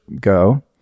go